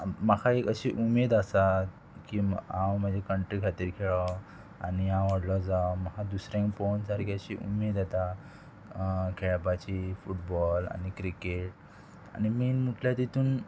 म्हाका एक अशी उमेद आसा की हांव म्हज्या कंट्री खातीर खेळो आनी हांव व्हडलो जावं म्हाका दुसऱ्यांक पळोवन सारकी अशी उमेद येता खेळपाची फुटबॉल आनी क्रिकेट आनी मेन म्हटल्यार तितून